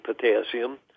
potassium